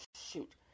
shoot